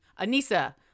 Anissa